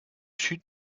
sud